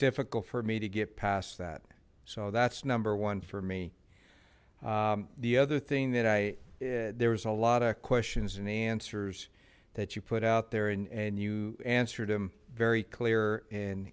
difficult for me to get past that so that's number one for me the other thing that i there was a lot of questions and answers that you put out there and and you answered them very clear